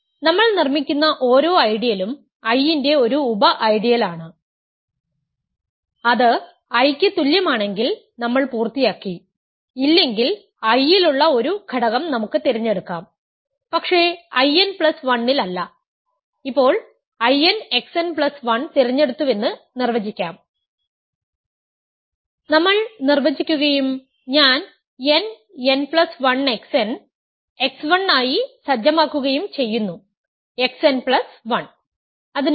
നമ്മൾ നിർമ്മിക്കുന്ന ഓരോ ഐഡിയലുo I ന്റെ ഒരു ഉപ ഐഡിയലാണ് അത് I ക്ക് തുല്യമാണെങ്കിൽ നമ്മൾ പൂർത്തിയാക്കി ഇല്ലെങ്കിൽ I ലുള്ള ഒരു ഘടകം നമുക്ക് തിരഞ്ഞെടുക്കാം പക്ഷേ I n പ്ലസ് 1 ൽ അല്ല ഇപ്പോൾ Inxn പ്ലസ് 1 തിരഞ്ഞെടുത്തുവെന്ന് നിർവചിക്കാം നമ്മൾ നിർവചിക്കുകയും ഞാൻ n n പ്ലസ് 1 xn കോമയിലൂടെ x 1 ആയി സജ്ജമാക്കുകയും ചെയ്യുന്നു xn plus 1